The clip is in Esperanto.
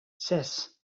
ses